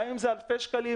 גם אם זה אלפי שקלים,